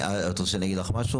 את רוצה שאני אגיד לך משהו?